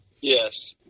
Yes